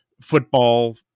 football